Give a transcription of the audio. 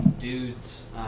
Dudes